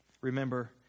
Remember